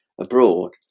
abroad